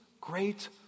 great